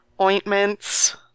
Ointments